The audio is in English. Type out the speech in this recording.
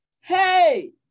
hey